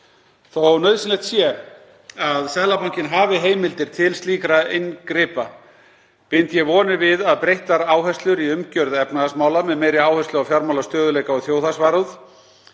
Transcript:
Þó nauðsynlegt sé að Seðlabankinn hafi heimildir til slíkra inngripa bind ég vonir við að breyttar áherslur í umgjörð efnahagsmála, með meiri áherslu á fjármálastöðugleika og þjóðhagsvarúð,